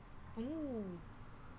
oo